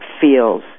feels